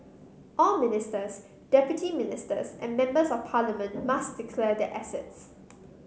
all ministers deputy ministers and members of parliament must declare their assets